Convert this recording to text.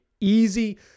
easy